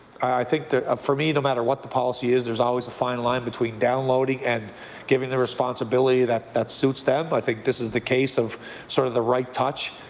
i think for me, no matter what the policy is, there is ah is a fine line between downloading and giving the responsibility that that suits them. i think this is the case of sort of the right touch.